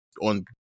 on